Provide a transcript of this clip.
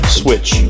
switch